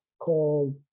called